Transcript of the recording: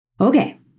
Okay